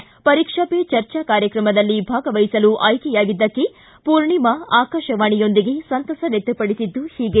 ಪರೀಕ್ಷಾ ಪೆ ಚರ್ಚಾ ಕಾರ್ಯಕ್ರಮದಲ್ಲಿ ಭಾಗವಹಿಸಲು ಆಯ್ಕೆಯಾಗಿದ್ದಕ್ಕೆ ಪೂರ್ಣಿಮಾ ಆಕಾಶವಾಣಿಯೊಂದಿಗೆ ಸಂತಸ ವ್ಯಕ್ತಪಡಿಸಿದ್ದು ಹೀಗೆ